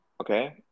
Okay